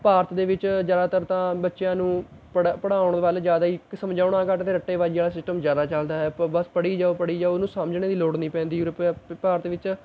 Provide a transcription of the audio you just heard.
ਭਾਰਤ ਦੇ ਵਿੱਚ ਜ਼ਿਆਦਾਤਰ ਤਾਂ ਬੱਚਿਆਂ ਨੂੰ ਪੜਾ ਪੜ੍ਹਾਉਣ ਵੱਲ ਜ਼ਿਆਦਾ ਇੱਕ ਸਮਝਾਉਣਾ ਘੱਟ ਅਤੇ ਰੱਟੇ ਬਾਜ਼ੀ ਵਾਲ਼ਾ ਸਿਸਟਮ ਜ਼ਿਆਦਾ ਚੱਲਦਾ ਹੈ ਪ ਬਸ ਪੜ੍ਹੀ ਜਾਓ ਪੜ੍ਹੀ ਜਾਓ ਉਹਨੂੰ ਸਮਝਣੇ ਦੀ ਲੋੜ ਨਹੀਂ ਪੈਂਦੀ ਉਰੇੇ ਭਾਰਤ ਵਿੱਚ